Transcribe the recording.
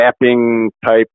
mapping-type